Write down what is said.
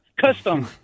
custom